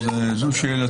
זו שאלתי.